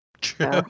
True